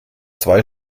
zwei